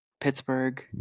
Pittsburgh